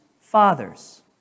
fathers